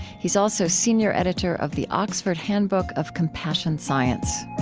he is also senior editor of the oxford handbook of compassion science